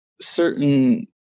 certain